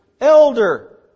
elder